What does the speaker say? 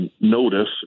notice